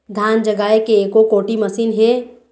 धान जगाए के एको कोठी मशीन हे?